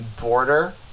border